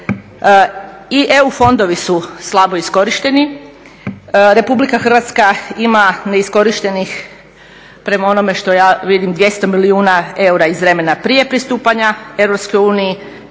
I EU fondovi su slabo iskorišteni. Republika Hrvatska ima neiskorištenih, prema onome što ja vidim, 200 milijuna eura iz vremena prije pristupanja EU,